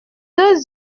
deux